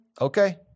Okay